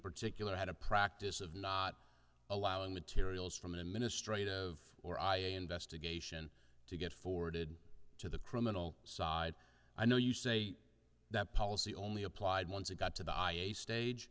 particular had a practice of not allowing the tiriel from the ministry of or i investigation to get forwarded to the criminal side i know you say that policy only applied once it got to the i a e a stage